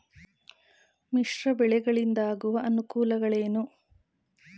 ಮಿಶ್ರ ಬೆಳೆಗಳಿಂದಾಗುವ ಅನುಕೂಲಗಳೇನು?